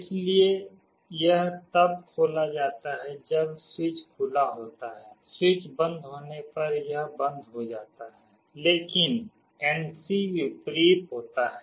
इसलिए यह तब खोला जाता है जब स्विच खुला होता है स्विच बंद होने पर यह बंद हो जाता है लेकिन NC विपरीत होता है